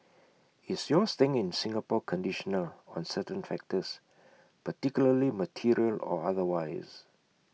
is your staying in Singapore conditional on certain factors particularly material or otherwise